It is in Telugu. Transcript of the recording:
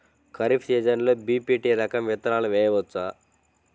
ఖరీఫ్ సీజన్లో బి.పీ.టీ రకం విత్తనాలు వేయవచ్చా?